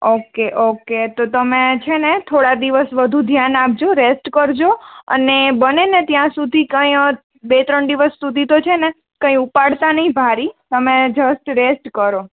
okay okay તો તમે છે ને થોડા દિવસ વધુ ધ્યાન આપજો રેસ્ટ કરજો અને બને ને ત્યાં સુધી કંઈ બે ત્રણ દિવસ સુધી તો છે ને કંઈ ઉપાડતા નહીં ભારી તમે જસ્ટ રેસ્ટ કરો